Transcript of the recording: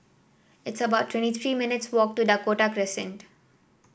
it's about twenty three minutes' walk to Dakota Crescent